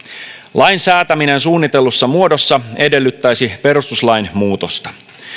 lain säätäminen suunnitellussa muodossa edellyttäisi perustuslain muutosta